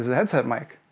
headset mic.